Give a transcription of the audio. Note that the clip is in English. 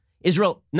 Israel